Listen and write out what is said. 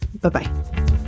bye-bye